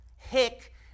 Hick